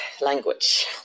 language